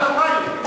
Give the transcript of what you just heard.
גם על המים.